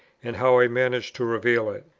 and how i managed to reveal it.